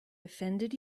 offended